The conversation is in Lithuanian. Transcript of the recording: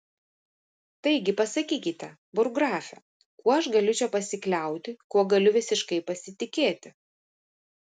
taigi pasakykite burggrafe kuo aš galiu čia pasikliauti kuo galiu visiškai pasitikėti